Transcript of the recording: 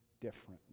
differently